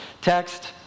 text